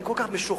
אני כל כך משוכנע,